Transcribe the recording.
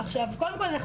קודם כל אנחנו